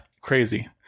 crazy